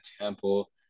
Temple